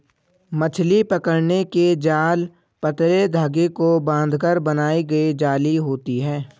मछली पकड़ने के जाल पतले धागे को बांधकर बनाई गई जाली होती हैं